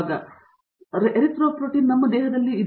ಆದ್ದರಿಂದ ಎರಿಥ್ರೋಪೊಯೆಟಿನ್ ನಮ್ಮ ದೇಹದಲ್ಲಿ ಹೊಂದಿದೆ